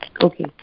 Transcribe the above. Okay